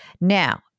Now